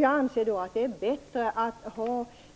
Jag anser att det är bättre att